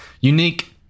unique